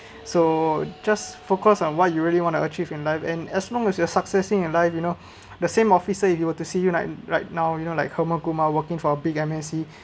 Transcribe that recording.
so just focus on what you really want to achieve in life and as long as your successing in life you know the same officer if you were to see you right now you know like homer kumar working for a big M_N_C